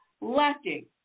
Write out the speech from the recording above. lacking